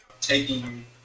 Taking